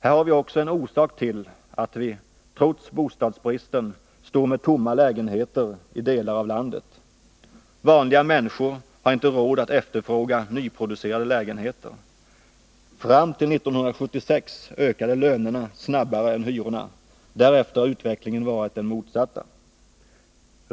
Här har vi också en orsak till att vi, trots bostadsbristen, står med tomma lägenheter i delar av landet. Vanliga människor har inte råd att efterfråga nyproducerade lägenheter. Fram till 1976 ökade lönerna snabbare än hyrorna. Därefter har utvecklingen varit den motsatta.